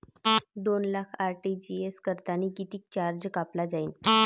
दोन लाख आर.टी.जी.एस करतांनी कितीक चार्ज कापला जाईन?